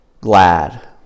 glad